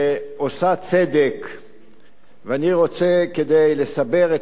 הכנסת זאב בילסקי לבוא ולנמק את הצעתו והצעת חבר הכנסת